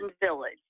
Village